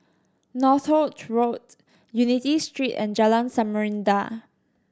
Northolt Road Unity Street and Jalan Samarinda